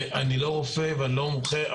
אני לא רופא ואני לא מומחה,